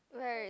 where is